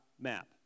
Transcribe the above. map